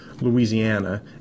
Louisiana